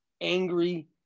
angry